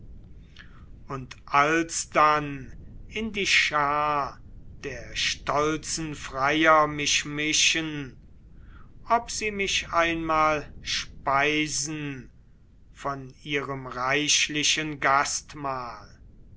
und alsdann in die schar der stolzen freier mich mischen ob sie mich einmal speisen von ihrem reichlichen gastmahl